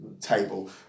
table